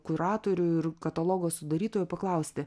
kuratorių ir katalogo sudarytojų paklausti